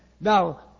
Now